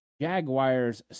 Jaguars